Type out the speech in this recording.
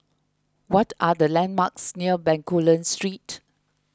what are the landmarks near Bencoolen Street